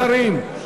רבותי השרים.